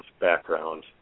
background